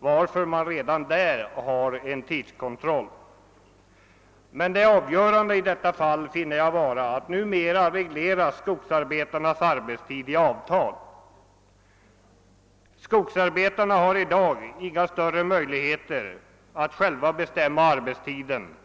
varför man redan där har en tidskontroll. Men det avgörande i detta fall finner jag vara, att skogsarbetarnas arbetstid numera regleras i avtal. Skogsarbetarna har i dag inga större möjligheter än andra arbetstagare att själva bestämma arbetstiden.